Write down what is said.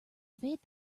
evade